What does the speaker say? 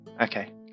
Okay